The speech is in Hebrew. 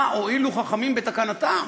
מה הועילו חכמים בתקנתם